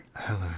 Hello